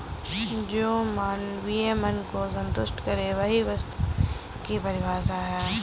जो मानवीय मन को सन्तुष्ट करे वही वस्तु की परिभाषा है